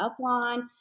upline